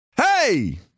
Hey